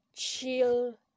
Chill